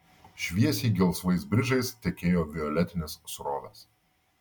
šviesiai gelsvais bridžais tekėjo violetinės srovės